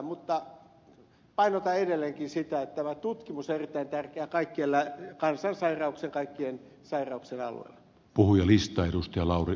mutta painotan edelleenkin sitä että tutkimus on erittäin tärkeää kaikkien kansansairauksien kaikkien sairauksien alueella